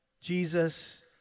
Jesus